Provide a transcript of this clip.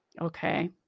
okay